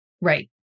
right